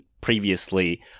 previously